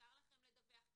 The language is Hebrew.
מותר לכם לדווח?